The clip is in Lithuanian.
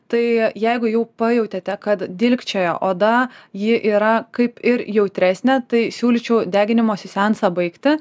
tai jeigu jau pajautėte kad dilgčioja oda ji yra kaip ir jautresnė tai siūlyčiau deginimo seansą baigti